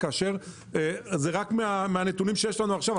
כאשר זה רק מהנתונים שיש לנו עכשיו.